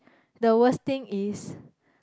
the worst thing is